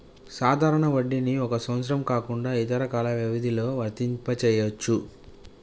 సాధారణ వడ్డీని ఒక సంవత్సరం కాకుండా ఇతర కాల వ్యవధిలో వర్తింపజెయ్యొచ్చు